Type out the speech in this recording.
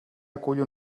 acull